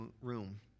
room